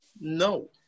no